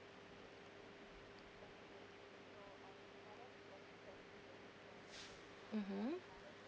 mmhmm